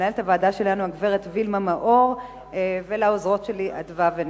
למנהלת הוועדה שלנו הגברת וילמה מאור ולעוזרות שלי אדוה ונטע.